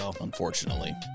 Unfortunately